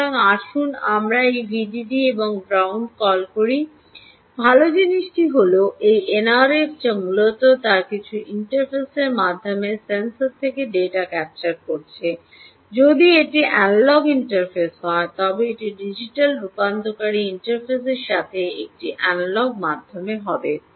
সুতরাং আসুন আমরা এই ভিডিডি এবং গ্রাউন্ড কল করি ভাল জিনিসটি হল এই এনআরএফ যা মূলত তার কিছু ইন্টারফেসের মাধ্যমে হল সেন্সর থেকে ডেটা ক্যাপচার করছে যদি এটি অ্যানালগ ইন্টারফেস হয় তবে এটি ডিজিটাল রূপান্তরকারী ইন্টারফেসের সাথে একটি এনালগের মাধ্যমে হবে